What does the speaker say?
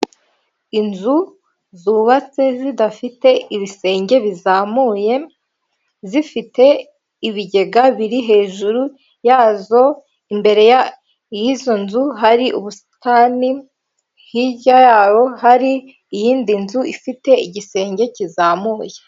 Inzu zubatse zidafite ibisenge bizamuye zifite ibigega biri hejuru yazo, imbere y'izo nzu hari ubusitani, hirya yaho hari iyindi nzu ifite igisenge kizamuye.